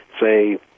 say